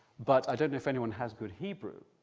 but i don't know if anyone has good hebrew,